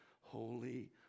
holy